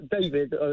David